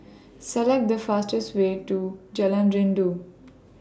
Select The fastest Way to Jalan Rindu